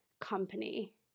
company